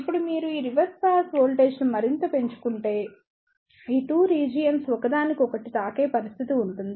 ఇప్పుడు మీరు ఈ రివర్స్ బయాస్ వోల్టేజ్ను మరింత పెంచుకుంటే ఈ 2 రీజియన్స్ ఒకదానికొకటి తాకే పరిస్థితి ఉంటుంది